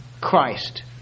Christ